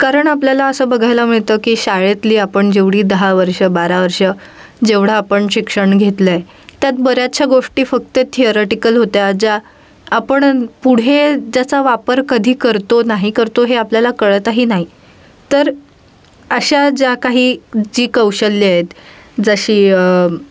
कारण आपल्याला असं बघायला मिळतं की शाळेतली आपण जेवढी दहा वर्षं बारा वर्षं जेवढं आपण शिक्षण घेतलं आहे त्यात बऱ्याचशा गोष्टी फक्त थिअरोटिकल होत्या ज्या आपण पुढे ज्याचा वापर कधी करतो नाही करतो हे आपल्याला कळतही नाही तर अशा ज्या काही जी कौशल्यं आहेत जशी